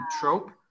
trope